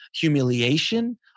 humiliation